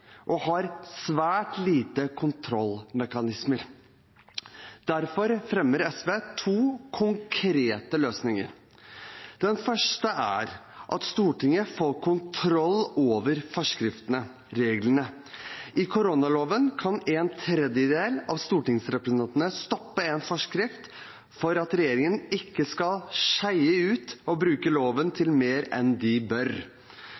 og har svært få kontrollmekanismer. Derfor fremmer SV to konkrete løsninger. Den første er at Stortinget får kontroll over forskriftene – reglene. I koronaloven kan en tredjedel av stortingsrepresentantene stoppe en forskrift for at regjeringen ikke skal skeie ut og bruke loven til mer enn de bør.